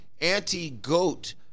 anti-goat